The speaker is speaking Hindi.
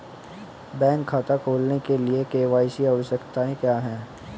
बैंक खाता खोलने के लिए के.वाई.सी आवश्यकताएं क्या हैं?